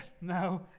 no